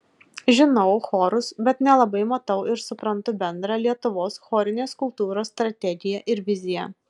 žinau chorus bet nelabai matau ir suprantu bendrą lietuvos chorinės kultūros strategiją ir viziją